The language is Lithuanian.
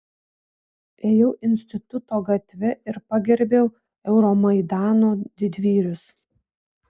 ėjau instituto gatve ir pagerbiau euromaidano didvyrius